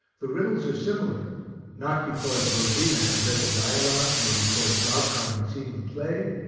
the riddles are similar not because rosina had read the dialogue, nor because glaucon had seen the play,